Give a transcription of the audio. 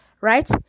right